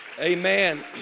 Amen